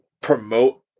Promote